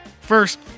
first